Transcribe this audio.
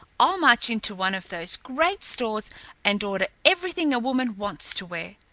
i'll march into one of those great stores and order everything a woman wants to wear.